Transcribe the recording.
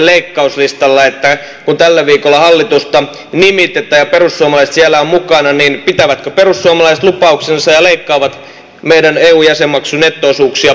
että kun tällä viikolla hallitusta nimitetään ja perussuomalaiset siellä ovat mukana niin pitävätkö perussuomalaiset lupauksensa ja leikkaavat meidän eu jäsenmaksun netto osuuksia puoleen